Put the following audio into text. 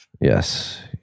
Yes